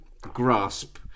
grasp